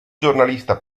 giornalista